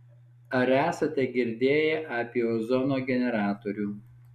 ar esate girdėję apie ozono generatorių